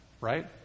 right